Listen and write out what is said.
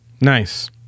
Nice